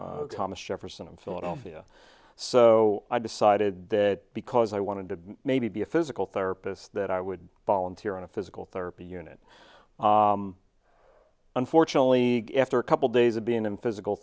hospital thomas jefferson in philadelphia so i decided that because i wanted to maybe be a physical therapist that i would volunteer in a physical therapy unit unfortunately after a couple days of being in physical